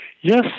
Yes